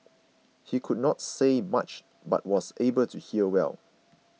he could not say much but was able to hear well